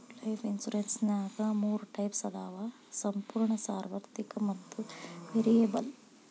life ಇನ್ಸುರೆನ್ಸ್ನ್ಯಾಗ ಮೂರ types ಅದಾವ ಸಂಪೂರ್ಣ ಸಾರ್ವತ್ರಿಕ ಮತ್ತ ವೇರಿಯಬಲ್